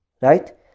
right